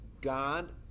God